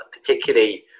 particularly